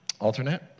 alternate